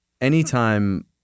anytime